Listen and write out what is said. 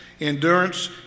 Endurance